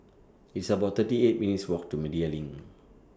It's about thirty eight minutes' Walk to Media LINK